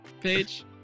page